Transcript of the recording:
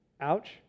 Ouch